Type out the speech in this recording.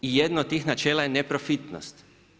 I jedno od tih načela je neprofitnost.